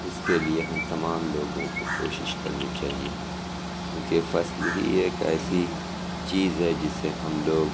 اِس کے لیے ہم تمام لوگوں کو کوشش کرنی چاہیے کیوں کہ فصل ہی ایک ایسی چیز ہے جس سے ہم لوگ